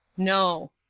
no.